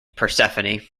persephone